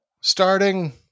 Starting